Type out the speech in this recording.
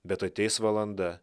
bet ateis valanda